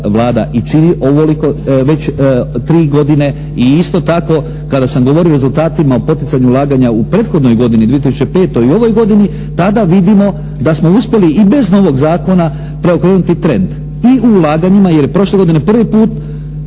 Vlada i čini ovoliko već tri godine. I isto tako kada sam govorio o rezultatima o poticanju ulaganja u prethodnoj godini, 2005., i ovoj godini tada vidimo da smo uspjeli i bez novog zakona preokrenuti trend i u ulaganjima jer je prošle godine prvi put